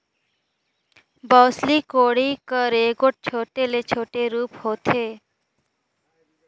बउसली कोड़ी कर एगोट छोटे ले छोटे रूप होथे